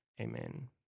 amen